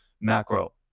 macro